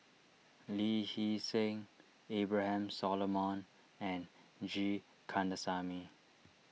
Lee Hee Seng Abraham Solomon and G Kandasamy